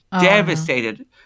Devastated